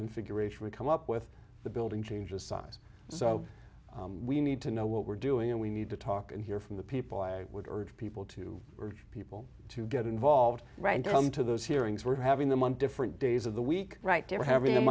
configuration we come up with the building changes size so we need to know what we're doing and we need to talk and hear from the people i would urge people to urge people to get involved right down to those hearings were having them on different days of the week right there having